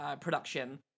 production